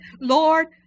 Lord